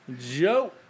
Joe